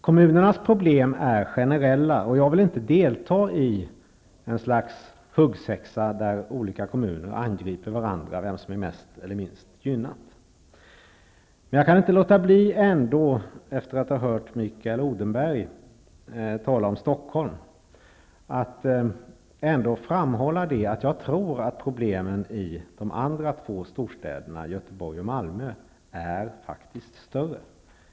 Kommunernas problem är generella, och jag vill inte delta i en huggsexa där olika kommuner angriper varandra med argument om vem som är mest eller minst gynnad, men jag kan ändå inte låta bli, efter att ha hört Mikael Odenberg tala om Stockholm, att framhålla att jag tror att problemen i den andra två storstäderna, Göteborg och Malmö, faktiskt är större.